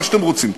מה שאתם רוצים,